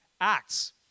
acts